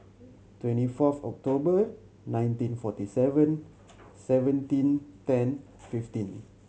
twenty fourth October nineteen forty seven seventeen ten fifteen